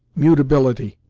mutability,